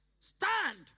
stand